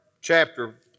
chapter